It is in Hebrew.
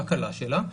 הקלה שלה,